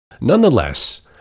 Nonetheless